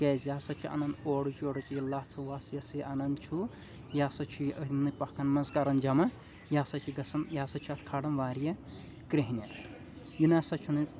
کیٛازِ یہِ ہسا چھُ انُن اورٕچ یورٕچ یہِ لژھ وژھ یۄس یہِ انان چھُ یہِ ہسا چھُ یہِ أتھۍ یِمنٕے پکھن منٛز کران جمع یہِ ہسا چھُ گژھان یہِ ہسا چھُ اتھ کھالان واریاہ کرٛیہنیر یہِ نہ ہسا چھُنہٕ